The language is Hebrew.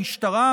המשטרה,